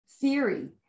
theory